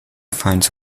finds